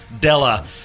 Della